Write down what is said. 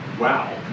wow